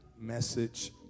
message